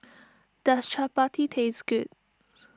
does Chapati taste good